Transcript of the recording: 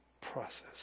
process